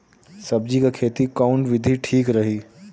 सब्जी क खेती कऊन विधि ठीक रही?